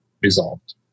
resolved